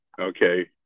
okay